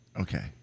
Okay